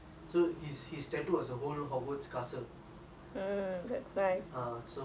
ah so I think that would I'll get something like that